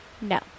No